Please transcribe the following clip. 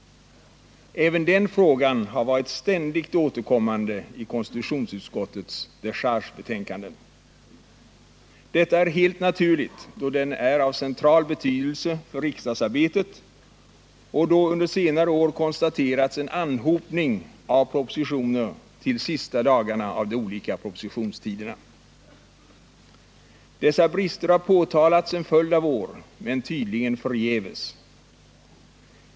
Även den frågan har varit ständigt återkommande i konstitutionsutskottets dechargebetänkande. Detta är helt naturligt, då den är av central betydelse för riksdagsarbetet och då under senare år konstaterats en anhopning av propositioner till sista dagarna av de olika propositionstiderna. Dessa brister har påtalats en följd av år men tydligen förgäves.